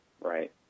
Right